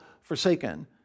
forsaken